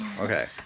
Okay